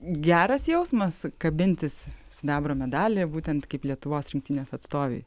geras jausmas kabintis sidabro medalį būtent kaip lietuvos rinktinės atstovei